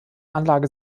anlage